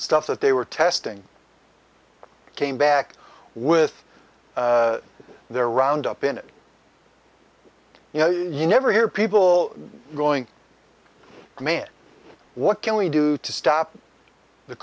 stuff that they were testing came back with their roundup in it you know you never hear people going man what can we do to stop the